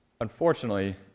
unfortunately